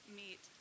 meet